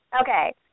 Okay